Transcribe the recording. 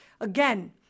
Again